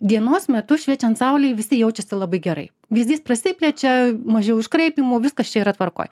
dienos metu šviečiant saulei visi jaučiasi labai gerai vyzdys prasiplečia mažiau iškraipymų viskas čia yra tvarkoj